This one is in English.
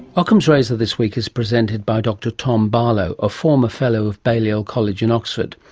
ockham's razor this week is presented by dr tom barlow, a former fellow of balliol college, and oxford.